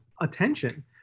attention